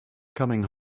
coming